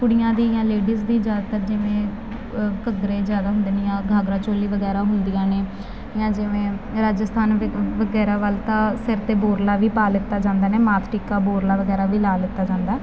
ਕੁੜੀਆਂ ਦੀਆਂ ਲੇਡੀਜ਼ ਦੀ ਜ਼ਿਆਦਾਤਰ ਜਿਵੇਂ ਘੱਗਰੇ ਜ਼ਿਆਦਾ ਹੁੰਦੇ ਨੇ ਘੱਗਰਾ ਚੋਲੀ ਵਗੈਰਾ ਹੁੰਦੀਆਂ ਨੇ ਜਾਂ ਜਿਵੇਂ ਰਾਜਸਥਾਨ ਵ ਵਗੈਰਾ ਵੱਲ ਤਾਂ ਸਿਰ 'ਤੇ ਬੋਰਲਾ ਵੀ ਪਾ ਲਏ ਜਾਂਦੇ ਨੇ ਮਾਥ ਟਿੱਕਾ ਬੋਰਲਾ ਵਗੈਰਾ ਵੀ ਲਾ ਲਿਆ ਜਾਂਦਾ